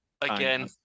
Again